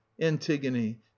antigone